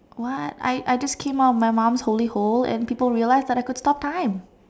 what I I just came out of my mum's holy hole and people realised that I could stop time